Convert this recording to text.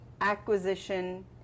acquisition